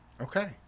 Okay